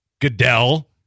Goodell